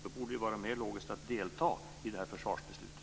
Då vore det mer logiskt att delta i det här försvarsbeslutet.